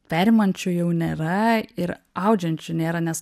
perimančių jau nėra ir audžiančių nėra nes